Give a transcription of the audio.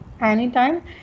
anytime